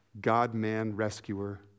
God-man-rescuer